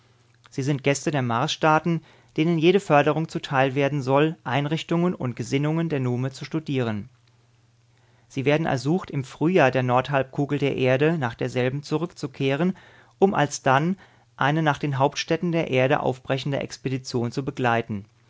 sie sind gäste der marsstaaten denen jede förderung zuteil werden soll einrichtungen und gesinnungen der nume zu studieren sie werden ersucht im frühjahr der nordhalbkugel der erde nach derselben zurückzukehren um alsdann eine nach den hauptstädten der erde aufbrechende expedition zu begleiten